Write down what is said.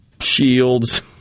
shields